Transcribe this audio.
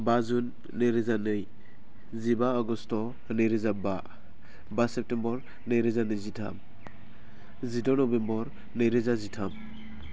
बा जुन नैरोजा नै जिबा आगष्ट' नैरोजा बा बा सेप्टेम्बर नैरोजा नैजिथाम जिद' नभेम्बर नैरोजा जिथाम